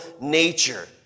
nature